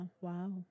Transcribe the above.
Wow